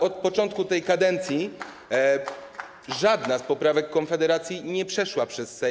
Od początku tej kadencji żadna z poprawek Konfederacji nie przeszła przez Sejm.